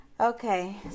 Okay